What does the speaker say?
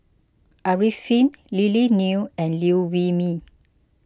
Arifin Lily Neo and Liew Wee Mee